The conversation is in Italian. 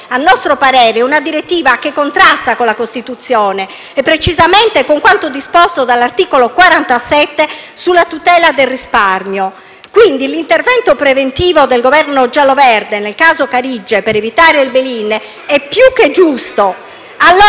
a nostro parere - contrasta con la Costituzione e, precisamente, con quanto disposto dall'articolo 47 sulla tutela del risparmio. Quindi, l'intervento preventivo del Governo giallo-verde, nel caso di Carige, per evitare il *bail in* è più che giusto.